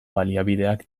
baliabideak